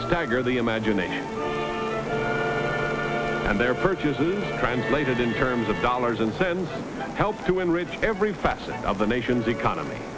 stagger the imagination and their purchases translated in terms of dollars and cents help to enrich every facet of the nation's economy